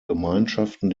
gemeinschaften